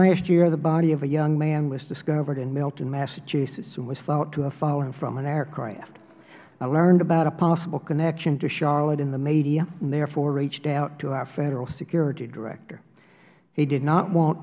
last year the body of a young man was discovered in milton massachusetts and was thought to have fallen from an aircraft i learned about a possible connection to charlotte in the media and therefore reached out to our federal security director he did not want